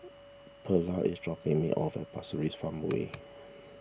Perla is dropping me off at Pasir Ris Farmway